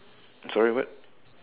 sorry what